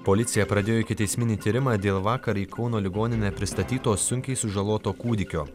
policija pradėjo ikiteisminį tyrimą dėl vakar į kauno ligoninę pristatyto sunkiai sužaloto kūdikio